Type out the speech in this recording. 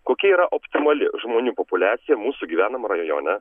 kokia yra optimali žmonių populiacija mūsų gyvenam rajone